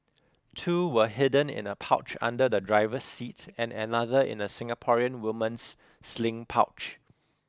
two were hidden in a pouch under the driver's seat and another in a Singaporean woman's sling pouch